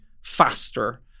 faster